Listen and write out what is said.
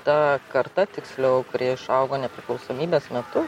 ta karta tiksliau kurie išaugo nepriklausomybės metu